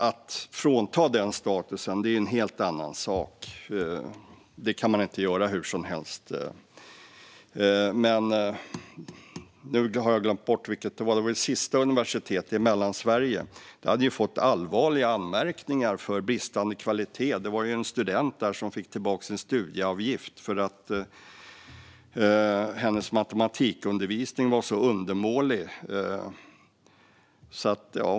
Att frånta den statusen är en helt annan sak. Det kan man inte göra hur som helst. Det sista universitetet i Mellansverige hade fått allvarliga anmärkningar för bristande kvalitet. Det var en student som fick tillbaka sin studieavgift för att hennes matematikundervisning var så undermålig.